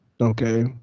Okay